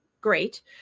great